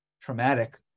traumatic